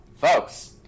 folks